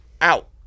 out